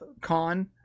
con